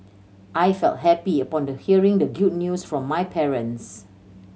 I felt happy upon the hearing the good news from my parents